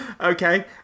Okay